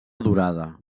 durada